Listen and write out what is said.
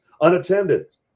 unattended